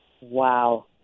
Wow